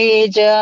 age